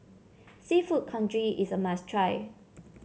seafood Congee is a must try